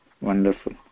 Wonderful